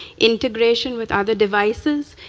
integration with other devices,